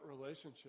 relationship